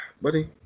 buddy